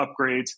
upgrades